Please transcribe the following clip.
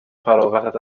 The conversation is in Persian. فراغتت